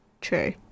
True